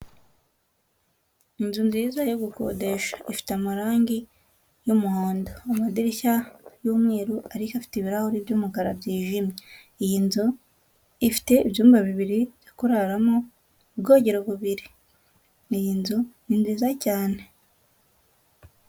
Inzu nziza yo gukodesha ifite amarangi y'umuhondo, amadirishya y'umweru, ariko afite ibirahuri byumukara byijimye, iyi nzu ifite ibyumba bibiri byo kuraramo ubwogero bubiri, iyi nzu ni nziza cyane.